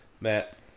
Matt